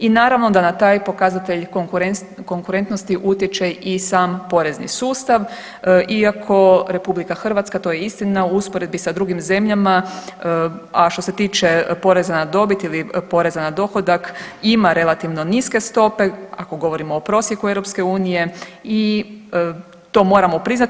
I naravno da na taj pokazatelj konkurentnosti utječe i sam porezni sustav, iako Republika Hrvatska to je istina u usporedbi sa drugim zemljama, a što se tiče poreza na dobit ili poreza na dohodak ima relativno niske stope, ako govorimo o prosjeku EU i to moramo priznati.